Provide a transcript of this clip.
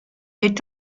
est